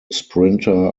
sprinter